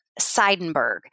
Seidenberg